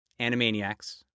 Animaniacs